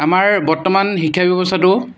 আমাৰ বৰ্তমান শিক্ষা ব্যৱস্থাটো